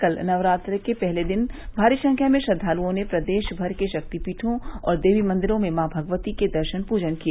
कल नवरात्र के पहले दिन भारी संख्या में श्रद्वालुओं ने प्रदेश भर के शक्तिपीठो और देवी मंदिरों में मॉ भगवती के दर्शन पूजन किए